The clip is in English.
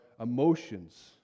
emotions